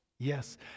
Yes